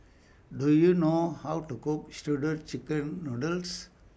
Do YOU know How to Cook Shredded Chicken Noodles